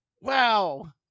wow